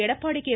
Edappadi K